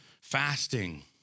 fasting